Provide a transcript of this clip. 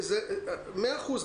מאה אחוז.